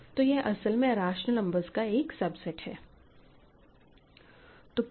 तो यह असल में रेशनल नंबर्स का एक सबसेट है